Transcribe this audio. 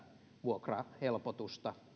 vuokrahelpotusta ei